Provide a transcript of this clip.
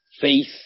faith